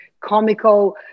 comical